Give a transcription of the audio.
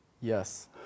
Yes